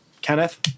Kenneth